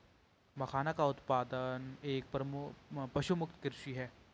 मखाना का उत्पादन एक पशुमुक्त कृषि है